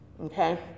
okay